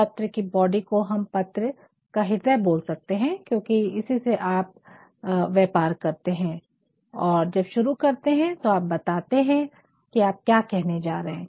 पत्र की बॉडी को हम पत्र का ह्रदय बोल सकते है क्योकि इसी में आप व्यपार करते है और जब शुरू करते है तो आप बताते है की आप क्या कहने जा रहे है